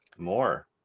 more